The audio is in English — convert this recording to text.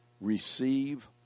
receive